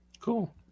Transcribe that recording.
Cool